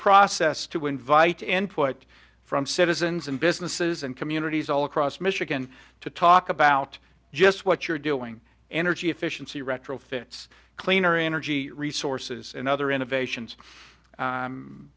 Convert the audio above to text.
process to invite input from citizens and businesses and communities all across michigan to talk about just what you're doing energy efficiency retrofits cleaner energy resources and other innovations